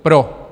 Pro!